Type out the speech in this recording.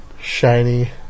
Shiny